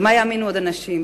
במה יאמינו עוד האנשים?